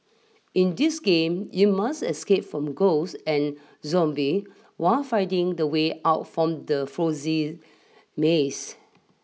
in this game you must escape from ghost and zombie while finding the way out from the fozy maze